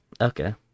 Okay